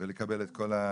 כדי לקבל את כל השירותים.